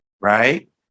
right